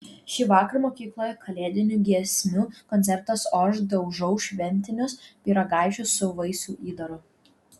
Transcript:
šįvakar mokykloje kalėdinių giesmių koncertas o aš daužau šventinius pyragaičius su vaisių įdaru